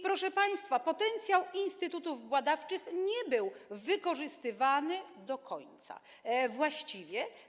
Proszę państwa, potencjał instytutów badawczych nie był wykorzystywany do końca właściwie.